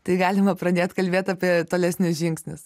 tai galima pradėt kalbėt apie tolesnius žingsnius